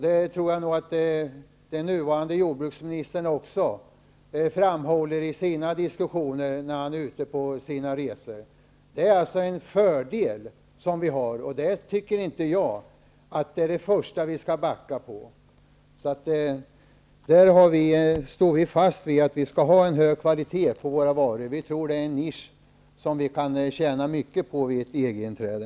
Jag tror också att den nuvarande jordbruksministern framhåller detta i sina diskussioner, när han är ute på resor. Det är alltså en fördel som vi har, och jag tycker inte att det är där vi först skall backa. Vi Socialdemokrater står fast vid att Sverige skall ha en hög kvalitet på varorna. Vi tror att det är en nisch där vi kan tjäna mycket vid ett EG-inträde.